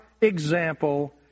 example